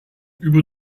über